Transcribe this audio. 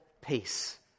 peace